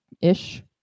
ish